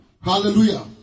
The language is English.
Hallelujah